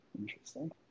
Interesting